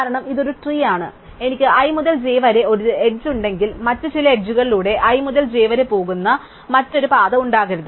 കാരണം ഇത് ഒരു ട്രീ ആണ് എനിക്ക് i മുതൽ j വരെ ഒരു എഡ്ജ് ഉണ്ടെങ്കിൽ മറ്റ് ചില എഡ്ജ്കളിലൂടെ i മുതൽ j വരെ പോകുന്ന മറ്റൊരു പാത ഉണ്ടാകരുത്